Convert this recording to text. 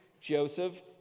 Joseph